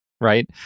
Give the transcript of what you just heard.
Right